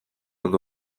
ondo